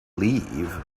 leave